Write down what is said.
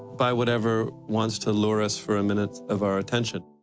by whatever wants to lure us for a minute of our attention.